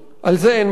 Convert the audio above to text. על זה אין מחלוקת.